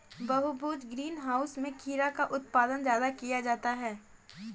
बहुभुज greenhouse में खीरा का उत्पादन ज्यादा किया जाता है